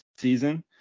season